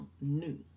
new